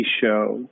show